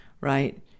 Right